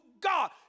God